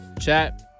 chat